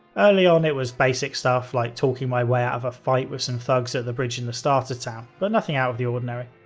early on, it was basic stuff like talking my way out of a fight with some thugs at the bridge in the starter town, but nothing out of the ordinary.